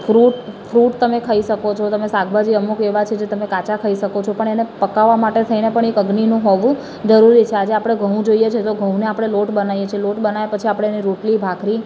fruit fruit તમે ખાઈ શકો છો તમે શાકભાજી અમુક એવા છે જે તમે કાચા ખાઈ શકો છો પણ એને પકાવવા માટે થઈને પણ એક અગ્નિનું હોવું જરૂરી છે આજે આપણે ઘઉં જોઈએ છે તો ઘઉંને આપણે લોટ બનાવીએ છીએ લોટ બનાવ્યા પછી આપણે એને રોટલી ભાખરી